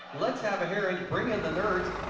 let's have hearing, bring in the nerds.